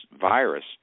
virus